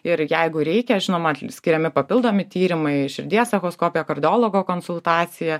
ir jeigu reikia žinoma skiriami papildomi tyrimai širdies echoskopija kardiologo konsultacija